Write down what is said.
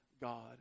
God